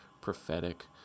prophetic